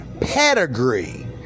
pedigree